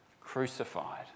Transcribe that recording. crucified